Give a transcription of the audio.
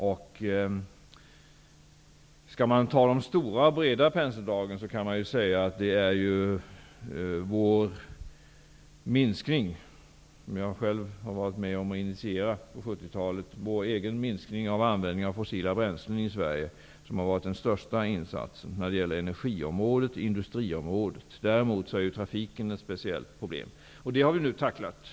Om man skall tala om de breda penseldragen, kan man säga att det är vår minskning av användningen av fossila bränslen i Sverige som har varit den största insatsen när det gäller energiområdet och industriområdet. Den var jag själv med om att initiera på 70-talet. Trafiken, däremot, är ett speciellt problem. Det har vi nu tacklat.